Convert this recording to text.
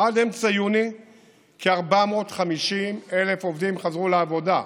עד אמצע יוני כ-450,000 עובדים חזרו לעבודה.